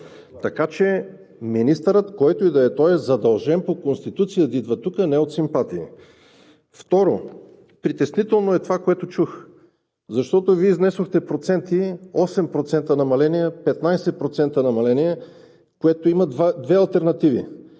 Така че министърът, който и да е той, е задължен по Конституция да идва тук, а не от симпатии. Второ, притеснително е това, което чух, защото Вие изнесохте проценти – 8% намаление, 15% намаление, което има две алтернативи: